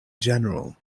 general